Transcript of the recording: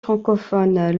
francophones